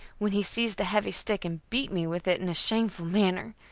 when he seized a heavy stick and beat me with it in a shameful manner.